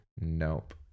Nope